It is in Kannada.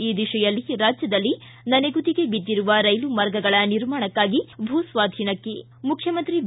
ಈ ದಿತೆಯಲ್ಲಿ ರಾಜ್ಯದಲ್ಲಿ ನನೆಗುದಿಗೆ ಬಿದ್ದಿರುವ ರೈಲುಮಾರ್ಗಗಳ ನಿರ್ಮಾಣಕ್ಕಾಗಿ ಭೂ ಸ್ವಾಧೀನಕ್ಕೆ ಮುಖ್ಯಮಂತ್ರಿ ಬಿ